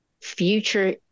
future